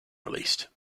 released